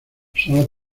solo